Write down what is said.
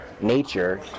nature